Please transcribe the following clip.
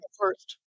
first